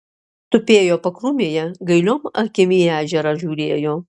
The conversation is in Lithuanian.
tupėjo pakrūmėje gailiom akim į ežerą žiūrėjo